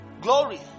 Glory